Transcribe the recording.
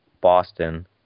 Boston